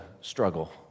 struggle